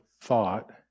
thought